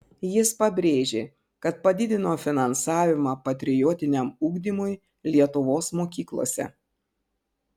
jis pabrėžė kad padidino finansavimą patriotiniam ugdymui lietuvos mokyklose